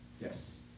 Yes